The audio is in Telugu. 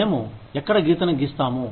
మేము ఎక్కడ గీతను గీస్తాము